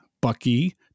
bucky